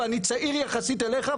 ואני צעיר יחסית אליך.